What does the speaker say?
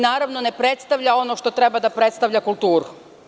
Ne predstavlja ono što treba da predstavlja kulturu.